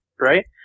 right